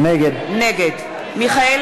נגד מיכאל